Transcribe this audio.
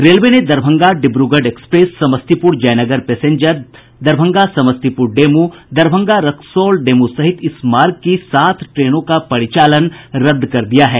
railway ने Darbhanga Dibrugarh express Samastipur Jaynagar passenger Darbhanga Samastipur DEMU Darbhanga Raxaul DEMU सहित इस मार्ग की सात ट्रेनों का परिचालन रद्द कर दिया गया है